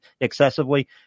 excessively